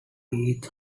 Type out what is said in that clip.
each